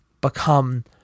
become